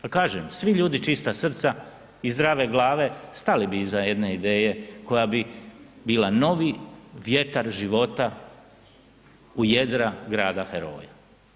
Pa kažem, svi ljudi čista srca i zdrave glave stali bi iza jedne ideje koja bi bila novi vjetar života u jedra grada heroja.